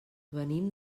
venim